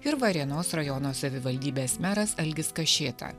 ir varėnos rajono savivaldybės meras algis kašėta